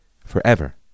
forever